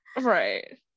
right